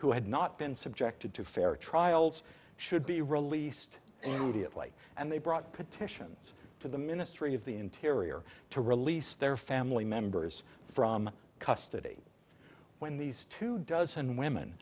who had not been subjected to fair trials should be released immediately and they brought petitions to the ministry of the interior to release their family members from custody when these two dozen women